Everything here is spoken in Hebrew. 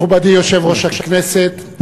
מכובדי יושב-ראש הכנסת,